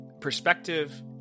Perspective